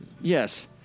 Yes